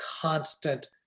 constant